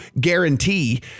guarantee